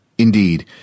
Indeed